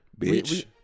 bitch